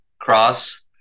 cross